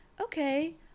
okay